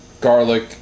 garlic